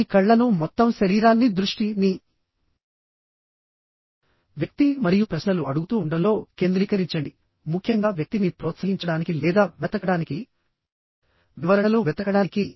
మీ కళ్ళను మొత్తం శరీరాన్ని దృష్టి ని వ్యక్తి మరియు ప్రశ్నలు అడుగుతూ ఉండంలో కేంద్రీకరించండి ముఖ్యంగా వ్యక్తిని ప్రోత్సహించడానికి లేదా వెతకడానికి వివరణలు వెతకడానికి